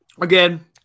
Again